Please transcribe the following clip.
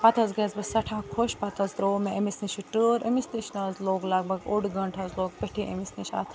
پَتہٕ حظ گٔیٚیَس بہٕ سٮ۪ٹھاہ خۄش پَتہٕ حظ ترٛو مےٚ امِس نِش یہِ ٹٲر امِس نِش نَہ حظ لوٚگ لگ بھگ اوٚڈ گھٲنٹہٕ حظ لوٚگ پٮ۪ٹھی أمِس نِش اَتھ